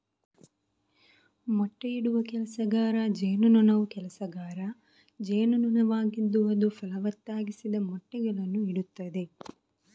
ಮೊಟ್ಟೆಯಿಡುವ ಕೆಲಸಗಾರ ಜೇನುನೊಣವು ಕೆಲಸಗಾರ ಜೇನುನೊಣವಾಗಿದ್ದು ಅದು ಫಲವತ್ತಾಗಿಸದ ಮೊಟ್ಟೆಗಳನ್ನು ಇಡುತ್ತದೆ